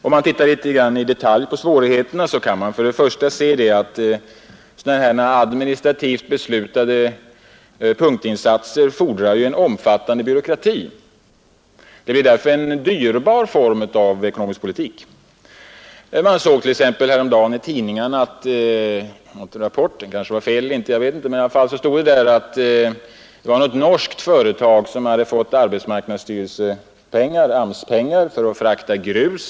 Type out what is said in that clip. Om man ser på svårigheterna mera i detalj kan man först och främst konstatera att administrativt beslutade punktinsatser fordrar en omfattande byråkrati. Det blir därför en dyrbar form av ekonomisk politik. För någon tid sedan kunde man t.ex. i tidningarna läsa — uppgiften kanske var fel, det vet jag inte — hur ett norskt företag hade fått AMS-pengar för att frakta grus.